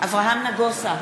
אברהם נגוסה,